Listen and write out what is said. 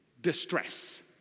distress